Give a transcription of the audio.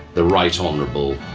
the right honorable